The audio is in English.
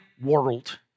world